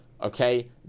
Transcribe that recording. okay